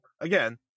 again